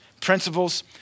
principles